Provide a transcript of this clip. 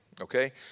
okay